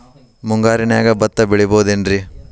ಮುಂಗಾರಿನ್ಯಾಗ ಭತ್ತ ಬೆಳಿಬೊದೇನ್ರೇ?